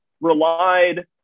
relied